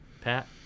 Pat